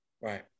Right